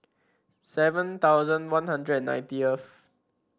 seven thousand One Hundred and ninetieth